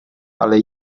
ale